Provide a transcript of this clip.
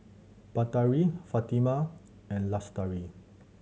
Batari Fatimah and Lestari